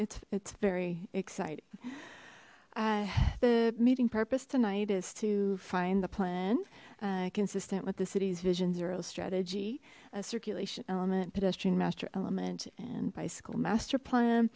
it's it's very exciting the meeting purpose tonight is to find the plan consistent with the city's vision zero strategy a circulation element pedestrian master element and bicycle master plan